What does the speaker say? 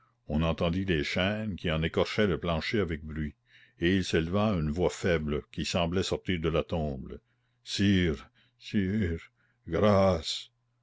on entendit des chaînes qui en écorchaient le plancher avec bruit et il s'éleva une voix faible qui semblait sortir de la tombe sire sire grâce